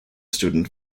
student